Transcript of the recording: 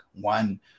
one